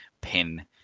pin